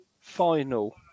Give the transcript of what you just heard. final